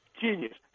genius